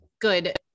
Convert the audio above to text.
good